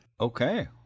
Okay